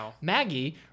Maggie